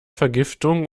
vergiftung